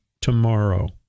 tomorrow